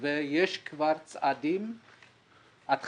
וכי נעשים כבר צעדים התחלתיים.